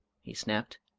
he snapped.